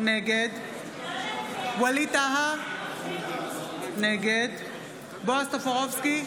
נגד ווליד טאהא, נגד בועז טופורובסקי,